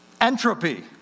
Entropy